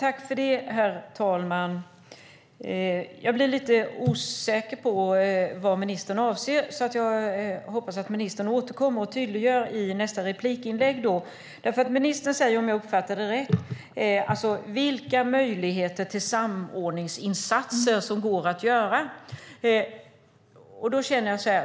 Herr talman! Jag blir lite osäker på vad ministern avser, så jag hoppas att ministern återkommer med ett tydliggörande i nästa inlägg. Ministern talar om, om jag uppfattar det rätt, vilka samordningsinsatser som går att göra.